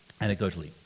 Anecdotally